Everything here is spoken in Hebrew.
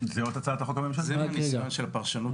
מועצה גדולה, ערוכה יותר,